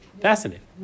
Fascinating